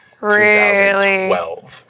2012